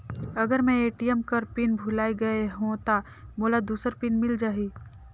अगर मैं ए.टी.एम कर पिन भुलाये गये हो ता मोला दूसर पिन मिल जाही?